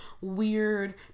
weird